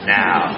now